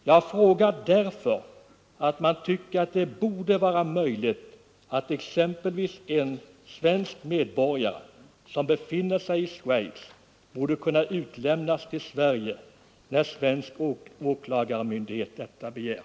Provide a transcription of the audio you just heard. Jag frågar därför att man tycker att en svensk medborgare, som befinner sig exempelvis i Schweiz, borde kunna utlämnas till Sverige när svensk åklagarmyndighet detta begär.